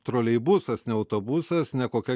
troleibusas ne autobusas ne kokia